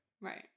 Right